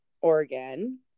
Oregon